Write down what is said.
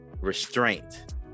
Restraint